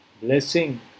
blessing